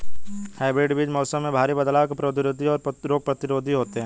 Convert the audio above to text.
hybrid बीज मौसम में भारी बदलाव के प्रतिरोधी और रोग प्रतिरोधी होते हैं